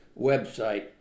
website